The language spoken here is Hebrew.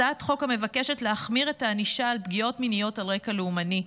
הצעת חוק המבקשת להחמיר את הענישה על פגיעות מיניות על רקע לאומני.